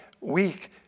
weak